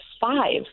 five